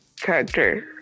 character